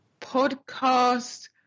podcast